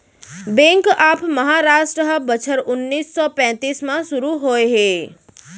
bank of Maharashtra ह बछर उन्नीस सौ पैतीस म सुरू होए हे